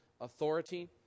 authority